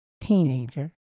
teenager